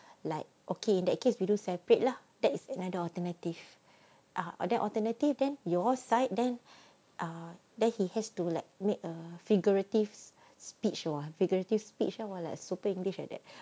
like okay in that case we do separate lah that is another alternative ah other alternative then your side then ah then he has to like make a figurative speech or what figurative speech oh !wah! like super english like that